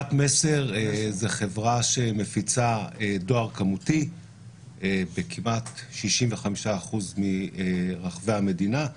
חברת מסר זו חברה שמפיצה דואר כמותי בכמעט 65% מרחבי המדינה.